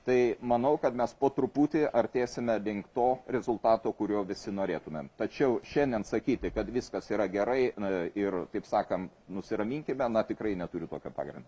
tai manau kad mes po truputį artėsime link to rezultato kurio visi norėtumėm tačiau šiandien sakyti kad viskas yra gerai na ir taip sakant nusiraminkime na tikrai neturiu tokio pagrindo